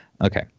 Okay